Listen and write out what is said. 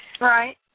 Right